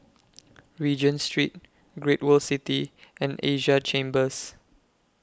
Regent Street Great World City and Asia Chambers